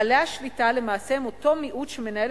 בעלי השליטה למעשה הם אותו מיעוט שמנהל